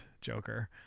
Joker